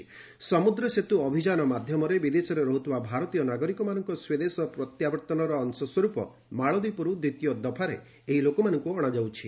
'ସମ୍ବଦ୍ର ସେତ୍ର' ଅଭିଯାନ ମାଧ୍ୟମରେ ବିଦେଶରେ ରହୁଥିବା ଭାରତୀୟ ନାଗରିକମାନଙ୍କ ସ୍ୱଦେଶ ପ୍ରତ୍ୟାବର୍ତ୍ତନର ଅଂଶସ୍ୱରୂପ ମାଳଦ୍ୱୀପରୁ ଦ୍ୱିତୀୟ ଦଫାରେ ଏହି ଲୋକମାନଙ୍କୁ ଅଶାଯାଉଛି